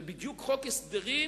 זה בדיוק חוק הסדרים